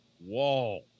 wall